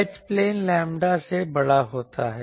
H plane lambda से बड़ा है